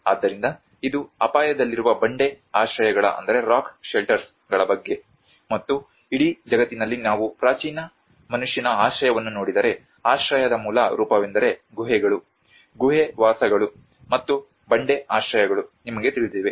ಆದ್ದರಿಂದ ಇದು ಅಪಾಯದಲ್ಲಿರುವ ಬಂಡೆ ಆಶ್ರಯಗಳ ಬಗ್ಗೆ ಮತ್ತು ಇಡೀ ಜಗತ್ತಿನಲ್ಲಿ ನಾವು ಪ್ರಾಚೀನ ಮನುಷ್ಯನ ಆಶ್ರಯವನ್ನು ನೋಡಿದರೆ ಆಶ್ರಯದ ಮೂಲ ರೂಪವೆಂದರೆ ಗುಹೆಗಳು ಗುಹೆ ವಾಸಗಳು ಮತ್ತು ಬಂಡೆ ಆಶ್ರಯಗಳು ನಿಮಗೆ ತಿಳಿದಿವೆ